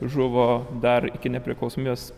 žuvo dar iki nepriklausomybės